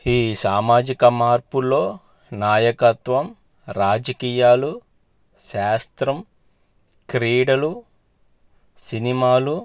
ఈ సామాజిక మార్పులో నాయకత్వం రాజకీయాలు శాస్త్రం క్రీడలు సినిమాలు